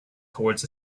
towards